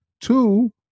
Two